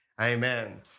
Amen